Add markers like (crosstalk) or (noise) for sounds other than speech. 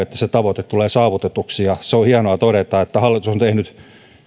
(unintelligible) että se tavoite tulee saavutetuksi ja se on hienoa todeta että hallitus on tehnyt